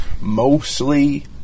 Mostly